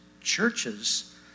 churches